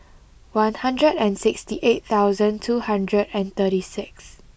one hundred and sixty eight thousand two hundred and thirty six